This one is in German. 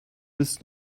bis